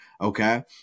okay